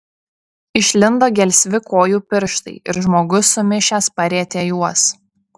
išlindo gelsvi kojų pirštai ir žmogus sumišęs parietė juos